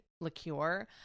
liqueur